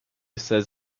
says